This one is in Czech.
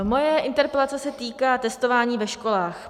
Moje interpelace se týká testování ve školách.